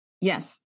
yes